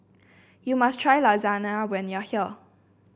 you must try Lasagne when you are here